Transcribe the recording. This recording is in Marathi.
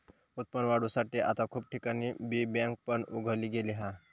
उत्पन्न वाढवुसाठी आता खूप ठिकाणी बी बँक पण उघडली गेली हा